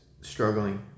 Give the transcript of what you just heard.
struggling